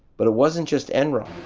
but it wasn't just enron.